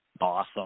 Awesome